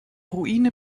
ruine